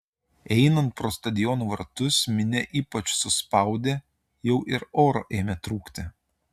einant pro stadiono vartus minia ypač suspaudė jau ir oro ėmė trūkti